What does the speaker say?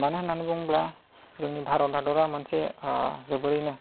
मानो होननानै बुङोब्ला जोंनि भारत हादरा मोनसे जोबोरैनो